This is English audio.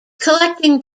collecting